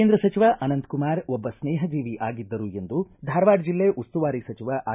ಕೇಂದ್ರ ಸಚಿವ ಅನಂತಕುಮಾರ್ ಒಬ್ಬ ಸ್ನೇಹ ಜೀವಿ ಅಗಿದ್ದರು ಎಂದು ಧಾರವಾಡ ಜಿಲ್ಲೆ ಉಸ್ತುವಾರಿ ಸಚಿವ ಆರ್